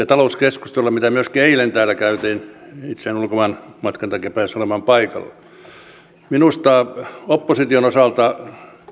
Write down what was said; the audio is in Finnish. talouskeskustelua mitä myöskin eilen täällä käytiin itse en ulkomaanmatkan takia päässyt olemaan paikalla minusta opposition